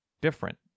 different